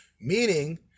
meaning